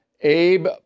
Abe